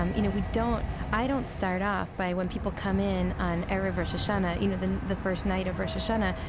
um you know, we don't, i don't start off by when people come in on erev rosh hashanah, you know, the the first night of rosh hashanah,